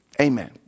Amen